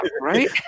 right